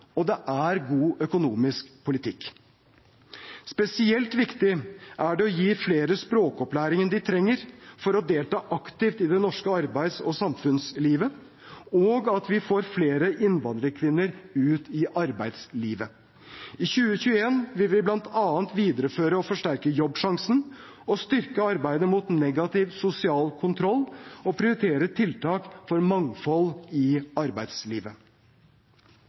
og det er god økonomisk politikk. Spesielt viktig er det å gi flere språkopplæringen de trenger for å delta aktivt i det norske arbeids- og samfunnslivet, og at vi får flere innvandrerkvinner ut i arbeidslivet. I 2021 vil vi bl.a. videreføre og forsterke Jobbsjansen, styrke arbeidet mot negativ sosial kontroll og prioritere tiltak for mangfold i arbeidslivet.